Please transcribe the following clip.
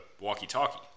walkie-talkie